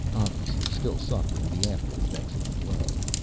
obviously still suffering the after-effects of the blow.